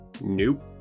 nope